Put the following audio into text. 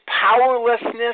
powerlessness